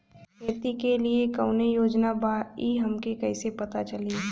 खेती के लिए कौने योजना बा ई हमके कईसे पता चली?